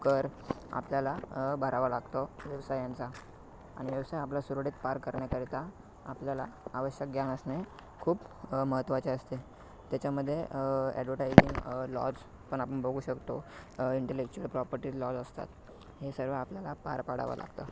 कर आपल्याला भरावा लागतो व्यवसायांचा आणि व्यवसाय आपला सुरळीत पार करण्याकरिता आपल्याला आवश्यक ज्ञान असणे खूप महत्त्वाचे असते त्याच्यामध्ये ॲडवरटाइजिंग लॉज पण आपण बघू शकतो इंटेलेक्चुअल प्रॉपर्टी लॉज असतात हे सर्व आपल्याला पार पाडावं लागतं